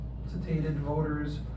voters